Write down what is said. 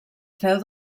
feu